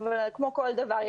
אבל כמו כל דבר,